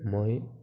মই